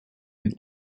den